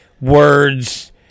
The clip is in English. words